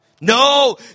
No